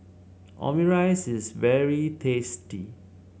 Omurice is very tasty